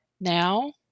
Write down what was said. now